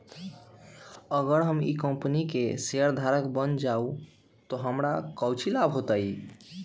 अगर हम ई कंपनी के शेयरधारक बन जाऊ तो हमरा काउची लाभ हो तय?